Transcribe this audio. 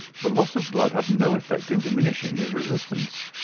but loss of blood had no effect in diminishing his resistance.